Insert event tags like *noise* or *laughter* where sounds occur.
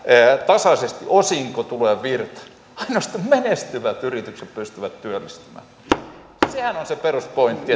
tasaisesti osinkotulojen virta ainoastaan menestyvät yritykset pystyvät työllistämään sehän on se peruspointti *unintelligible*